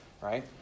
right